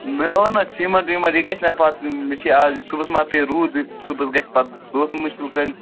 مےٚ اوٚن نَہ سیٖمٹ ویٖمٹ یہِ گژھِ نا پَتہٕ مےٚ چھِ آز صُبحَس ما پے روٗد صُبحَس گژھِ پَتہٕ دۄہ تہٕ مُشکِل کٲلۍ